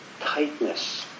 tightness